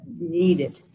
needed